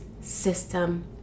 system